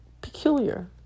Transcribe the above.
peculiar